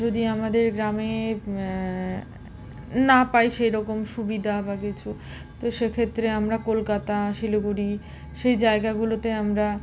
যদি আমাদের গ্রামে না পাই সেই রকম সুবিধা বা কিছু তো সেক্ষেত্রে আমরা কলকাতা শিলিগুড়ি সেই জায়গাগুলোতে আমরা